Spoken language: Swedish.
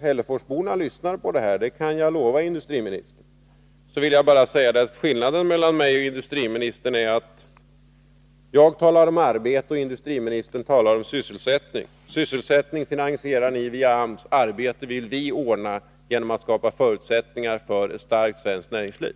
— hälleforsborna lyssnar på detta; det kan jag lova industriministern — vill jag bara säga att skillnaden mellan mig och industriministern är att jag talar om arbete, medan industriministern talar om sysselsättning. Sysselsättning finansierar ni via AMS. Arbete vill vi ordna genom att skapa förutsättningar för ett starkt svenskt näringsliv.